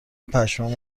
پشمام